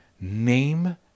name